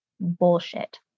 bullshit